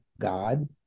God